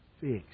Fixed